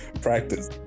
practice